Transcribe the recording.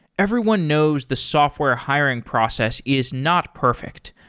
everyone knows the software hiring process is not perfect.